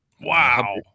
wow